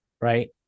right